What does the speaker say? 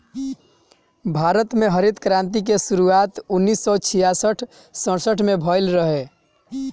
भारत में हरित क्रांति के शुरुआत उन्नीस सौ छियासठ सड़सठ में भइल रहे